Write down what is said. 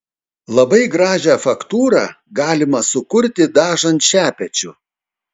labai gražią faktūrą galima sukurti dažant šepečiu